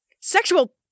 Sexual